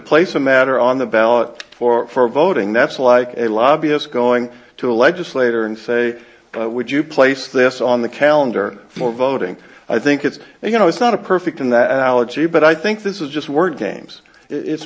a matter on the ballot for voting that's like a lobbyist going to a legislator and say would you place this on the calendar for voting i think it's you know it's not a perfect in that allergy but i think this is just word games it's